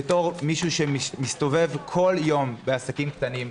בתור מישהו שמסתובב כל יום בעסקים קטנים,